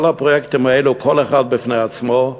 כל הפרויקטים האלה, כל אחד בפני עצמו,